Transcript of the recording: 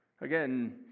Again